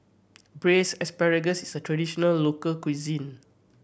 Braised Asparagus is a traditional local cuisine